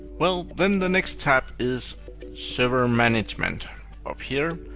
well, then the next tab is server management up here,